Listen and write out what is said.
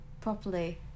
properly